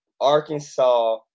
Arkansas